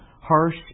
harsh